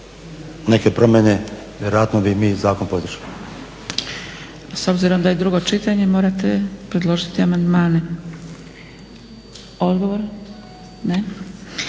neke promjene vjerojatno bi mi zakon podržali.